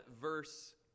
verse